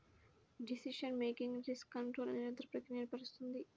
decision making risk కంట్రోల్ల నిరంతర ప్రక్రియను ఏర్పరుస్తుంది